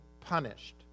punished